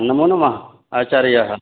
नमो नमः आचार्याः